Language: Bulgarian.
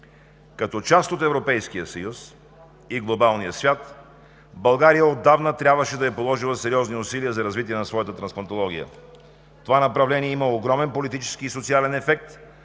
Като част от Европейския съюз и глобалния свят, България отдавна трябваше да е положила сериозни усилия за развитие на своята трансплантология. Това направление има огромен политически и социален ефект